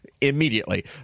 immediately